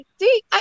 See